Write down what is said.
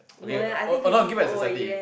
okay uh not give back society